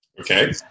Okay